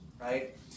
right